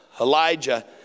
Elijah